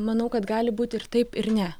manau kad gali būti ir taip ir ne